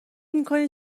میکنی